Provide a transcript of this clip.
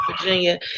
Virginia